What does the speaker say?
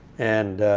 and